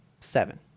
seven